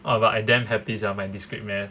ah but I damn happy sia my discrete math